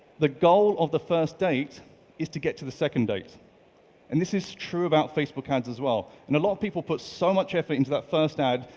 the goal of the first date is to get to the second date and this is true about facebook ads as well, and a lot of people put so much effort into that first ad.